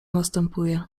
następuje